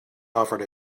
offered